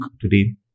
today